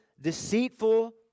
deceitful